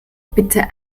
bitte